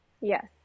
yes